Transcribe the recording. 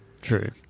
True